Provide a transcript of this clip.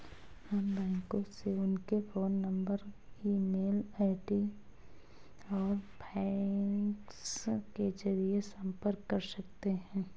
हम बैंकों से उनके phone number email ID और फैक्स के जरिए संपर्क कर सकते हैं